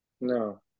No